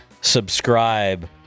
subscribe